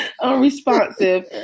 unresponsive